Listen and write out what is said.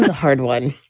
hard one,